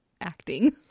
acting